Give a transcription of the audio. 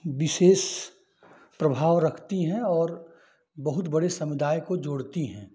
विशेष प्रभाव रखती हैं और बहुत बड़े समुदाय को जोड़ती हैं